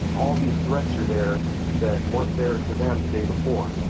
all these threats are there that weren't there to them the day before.